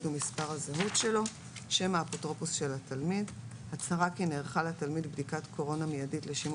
או שלשום של ההזנה על ידי ההורים,